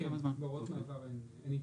בהוראות מעבר אין התייחסות.